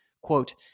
Quote